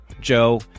Joe